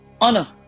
Honor